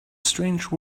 strange